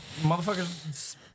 motherfuckers